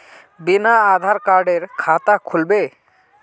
बिना आधार कार्डेर खाता खुल बे?